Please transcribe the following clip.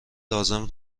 لازم